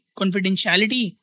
confidentiality